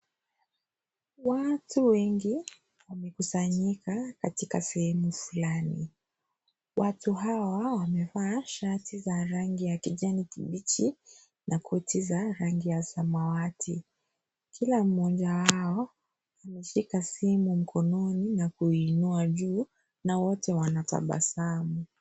Watu wengi wamekusanyika katika sehemu fulani. Watu hawa wamevaa shati za rangi ya kijani kibichi na koti za rangi ya samawati. Kila mmoja wao ameshika simu mkononi na kuiinua juu na wote wanatabasamu.